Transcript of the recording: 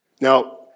Now